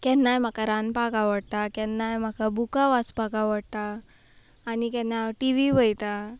केन्नाय म्हाका रांदपाक आवडटा केन्नाय म्हाका बुकां वाचपाक आवडटा आनी केन्ना हांव टि वी पळयतां